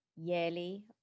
yearly